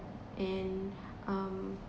and um